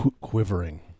Quivering